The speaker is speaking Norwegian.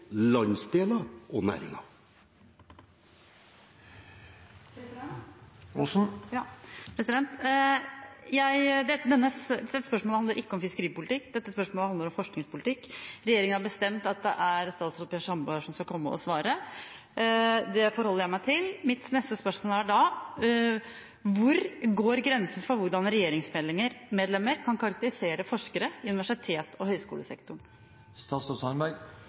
landsdeler og næringer. Dette spørsmålet handler ikke om fiskeripolitikk, dette spørsmålet handler om forskningspolitikk. Regjeringen har bestemt at det er statsråd Per Sandberg som skal komme og svare. Det forholder jeg meg til. Mitt neste spørsmål er da: Hvor går grensen for hvordan regjeringsmedlemmer kan karakterisere forskere i universitets- og høyskolesektoren?